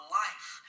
life